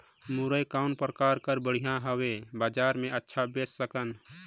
मुरई कौन प्रकार कर बढ़िया हवय? बजार मे अच्छा बेच सकन